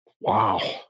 Wow